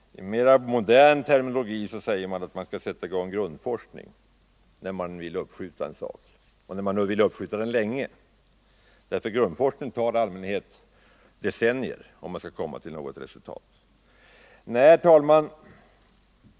I mera modern terminologi sätter man i gång grundforskning när man vill uppskjuta en sak länge. Om grundforskning skall ge något resultat tar det i allmänhet decennier. Herr talman!